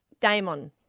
Damon